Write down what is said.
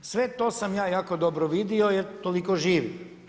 Sve to sam ja jako dobro vidio jer toliko živim.